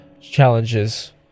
challenges